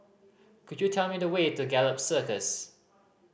could you tell me the way to Gallop Circus